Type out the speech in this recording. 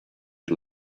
had